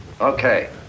Okay